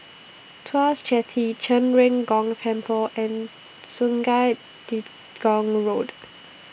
Tuas Jetty Zhen Ren Gong Temple and Sungei Gedong Road